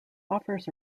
offers